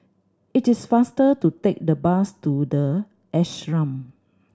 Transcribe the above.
it is faster to take the bus to The Ashram